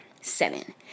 Seven